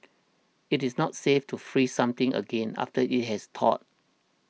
it is not safe to freeze something again after it has thawed